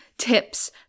tips